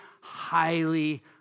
highly